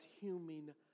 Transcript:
human